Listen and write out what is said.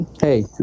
hey